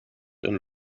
and